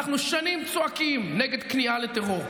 אנחנו שנים צועקים נגד כניעה לטרור.